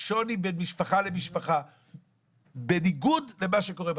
שוני בין משפחה למשפחה בניגוד למה שקורה בצבא.